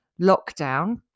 lockdown